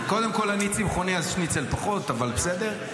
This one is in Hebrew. קודם כול, אני צמחוני, אז שניצל פחות, אבל בסדר.